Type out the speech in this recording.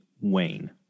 Wayne